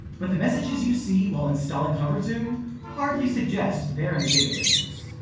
but the messages you see while installing hover zoom hardly suggest they're in the data business.